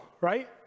right